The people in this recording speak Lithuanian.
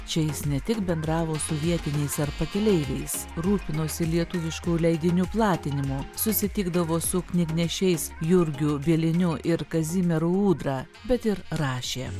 čia jis ne tik bendravo su vietiniais ar pakeleiviais rūpinosi lietuviškų leidinių platinimu susitikdavo su knygnešiais jurgiu bieliniu ir kazimieru ūdra bet ir rašė